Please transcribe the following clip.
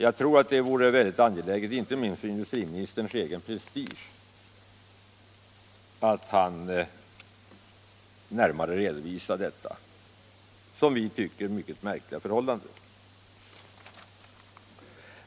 Jag tror det är synnerligen angeläget, inte minst för industriministerns egen prestige, att han närmare förklarar detta som vi tycker oförklarliga förhållande.